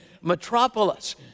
metropolis